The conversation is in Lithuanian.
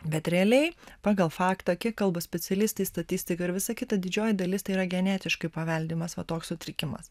bet realiai pagal faktą kiek kalba specialistai statistika ir visa kita didžioji dalis tai yra genetiškai paveldimas va toks sutrikimas